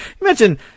imagine